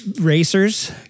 racers